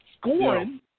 scoring